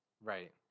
Right